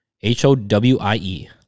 H-O-W-I-E